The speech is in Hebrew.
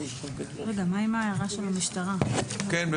כן,